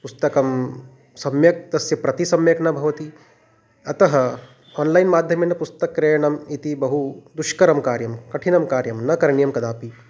पुस्तकं सम्यक् तस्य प्रति सम्यक् न भवति अतः आन्लैन् माध्यमेन पुस्तकं क्रयणम् इति बहु दुष्करं कार्यं कठिनं कार्यं न करणीयं कदापि